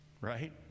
right